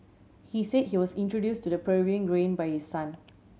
he said he was introduce to the Peruvian grain by his son